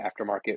aftermarket